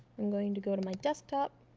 i'm going to go to my desktop,